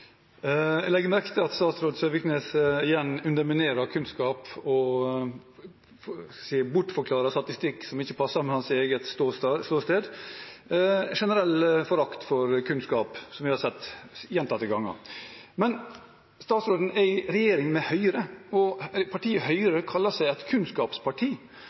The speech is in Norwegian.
Jeg legger merke til at statsråd Søviknes igjen underminerer kunnskap og bortforklarer statistikk som ikke passer med hans eget ståsted – en generell forakt for kunnskap, noe vi har sett gjentatte ganger. Men statsråden er i regjering med Høyre, og partiet Høyre kaller seg et kunnskapsparti.